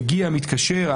מגיע, מתקשר.